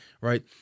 Right